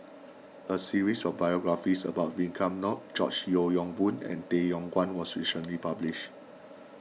a series of biographies about Vikram Nair George Yeo Yong Boon and Tay Yong Kwang was recently published